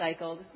recycled